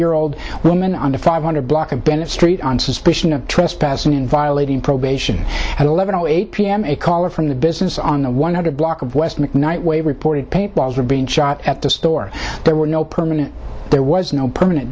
year old woman under five hundred block of bennett street on suspicion of trespassing in violating probation eleven o eight p m a caller from the business on a one hundred block of west mcknight way reported paint balls were being shot at the store there were no permanent there was no permanent